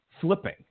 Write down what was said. flipping